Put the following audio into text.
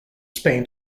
spain